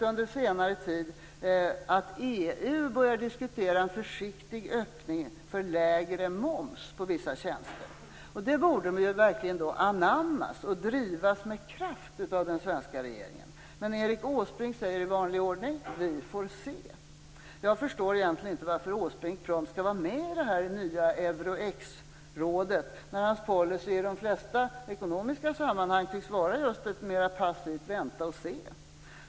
Under senare tid har EU börjat diskutera en försiktig öppning för lägre moms på vissa tjänster. Det borde verkligen anammas och drivas med kraft av den svenska regeringen. Men Erik Åsbrink säger i vanligt ordning: Vi får se. Jag förstår egentligen inte varför Erik Åsbrink prompt skall vara med i detta nya Euro-X-rådet, när hans policy i de flesta ekonomiska sammanhang tycks vara just ett mera passivt vänta och se.